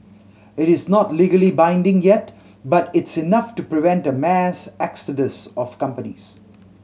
it is not legally binding yet but it's enough to prevent a mass exodus of companies